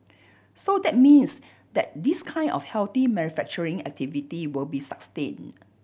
so that means that this kind of healthy manufacturing activity will be sustain